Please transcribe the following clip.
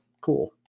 cool